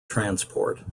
transport